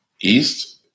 east